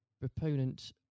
proponent